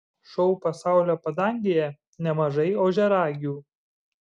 šou pasaulio padangėje nemažai ožiaragių